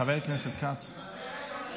חבר הכנסת כץ, אתה יודע מה?